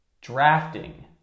drafting